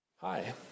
Hi